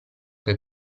che